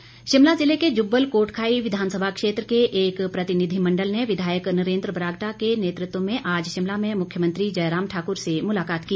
प्रतिनिधिमण्डल शिमला जिले के जुब्बल कोटखाई विधानसभा क्षेत्र के एक प्रतिनिधिमंडल ने विधायक नरेन्द्र बरागटा के नेतृत्व में आज शिमला में मुख्यमंत्री जयराम ठाकर से मुलाकात की